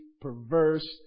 perverse